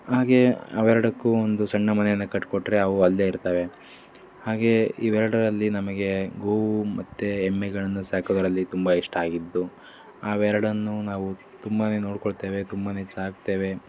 ಹಾಗೇ ಅವೆರಡಕ್ಕೂ ಒಂದು ಸಣ್ಣ ಮನೆಯನ್ನು ಕಟ್ಟಿಕೊಟ್ರೆ ಅವು ಅಲ್ಲೇ ಇರ್ತವೆ ಹಾಗೇ ಇವೆರಡರಲ್ಲಿ ನಮಗೆ ಗೋವು ಮತ್ತು ಎಮ್ಮೆಗಳನ್ನು ಸಾಕೋದರಲ್ಲಿ ತುಂಬ ಇಷ್ಟ ಆಗಿದ್ದು ಅವೆರಡನ್ನೂ ನಾವು ತುಂಬಾ ನೋಡಿಕೊಳ್ತೇವೆ ತುಂಬಾ ಸಾಕ್ತೇವೆ